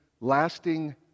lasting